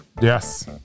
Yes